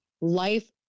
life